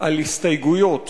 על הסתייגויות